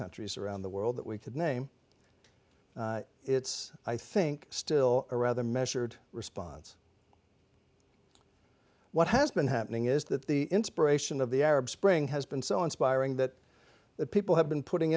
countries around the world that we could name it's i think still a rather measured response what has been happening is that the inspiration of the arab spring has been so inspiring that the people have been putting